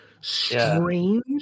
strange